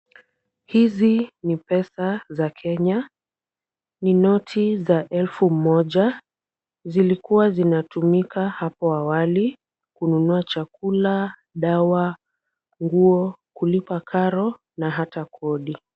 Hizi ni pesa za Kenya. Ni noti za elfu moja. Zilikuwa zinatumika hapo awali kununua chakula, dawa, nguo, kulipa karo na hata kodi.